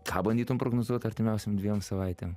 ką bandytum prognozuot artimiausiem dviem savaitėm